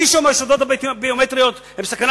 מי שאומר שהתעודות הביומטריות הן סכנה